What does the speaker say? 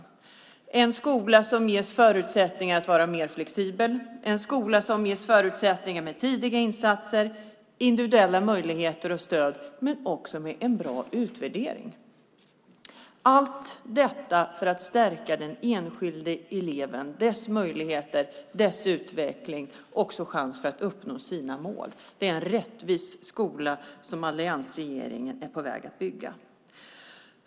Det är en skola som ges förutsättningar att vara mer flexibel, en skola som ges förutsättningar med tidiga insatser, individuella möjligheter och stöd samt med en bra utvärdering - allt för att stärka den enskilda elevens möjligheter och utveckling och chans att uppnå sina mål. Det är en rättvis skola som alliansregeringen är på väg att bygga.